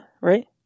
Right